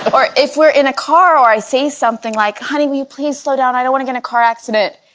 but or if we're in a car or i say something like honey, we please slow down. i don't want to get a car accident